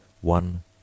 one